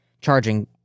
charging